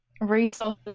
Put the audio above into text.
resources